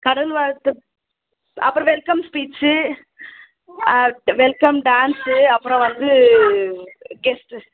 கடவுள் வாழ்த்து அப்புறம் வெல்கம் ஸ்பீச்சு ஆ வெல்கம் டான்ஸ்ஸு அப்புறம் வந்து கெஸ்ட்டு